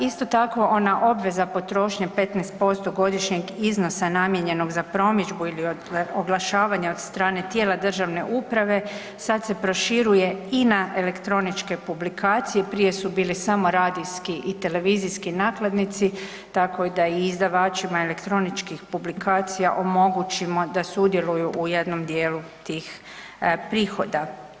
Isto tako, ona obveza potrošnje 15% godišnjeg iznosa namijenjenog za promidžbu ili oglašavanje od strane tijela državne uprave, sad se proširuje i na elektroničke publikacije, prije su bili samo radijski i televizijski nakladnici, tako da je i izdavačima elektroničkih publikacija omogućimo da sudjeluju u jednom dijelu tih prihoda.